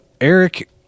Eric